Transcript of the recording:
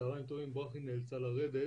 ברכי נאלצה לרדת,